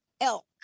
elk